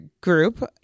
group